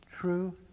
true